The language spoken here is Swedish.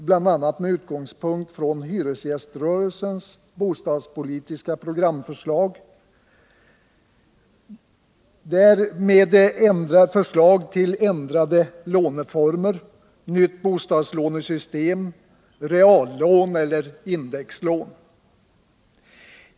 — bl.a. med utgångspunkt i hyresgästernas bostadspolitiska programförslag — gäller ändring av låneformerna, nytt bostadslånesystem, reallån eller indexlån.